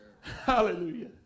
Hallelujah